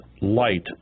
light